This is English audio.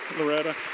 Loretta